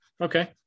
Okay